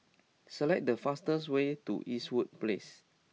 select the fastest way to Eastwood Place